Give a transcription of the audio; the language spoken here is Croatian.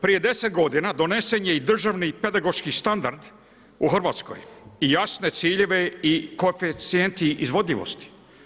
Prije 10 godina donesen je državni i pedagoški standard u Hrvatskoj i jasne ciljeve i koeficijenti izvodivosti.